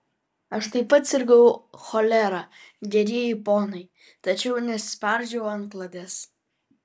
aš taip pat sirgau cholera gerieji ponai tačiau nespardžiau antklodės